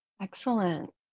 Excellent